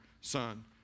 Son